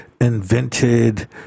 invented